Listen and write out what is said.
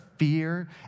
fear